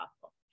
possible